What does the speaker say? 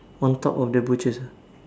on top of the butchers ah